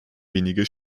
wenige